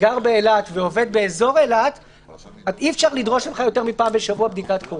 מי שזכאי לבדיקה המיידית ללא